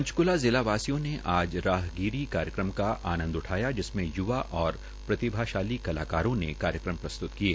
पंचकूला जिलावासियों ने आज राहगिरी कार्यक्रम का आनंद उठाया जिसमें य्वा और प्रभावशाली कलाकारों ने कार्यक्रम प्रस्तृत किये